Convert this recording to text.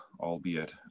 albeit